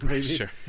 Sure